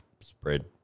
spread